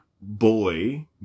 boy